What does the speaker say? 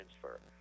Transfer